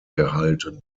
gehalten